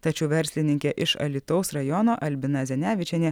tačiau verslininkė iš alytaus rajono albina zenevičienė